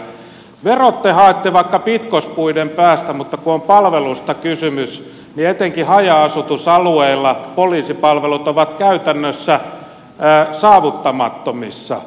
verot te haette vaikka pitkospuiden päästä mutta kun on palveluista kysymys niin etenkin haja asutusalueilla poliisipalvelut ovat käytännössä saavuttamattomissa